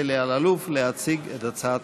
אנחנו עוברים להצעה הבאה: הצעת